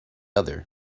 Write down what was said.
other